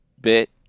bit